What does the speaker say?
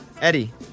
Eddie